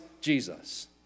Jesus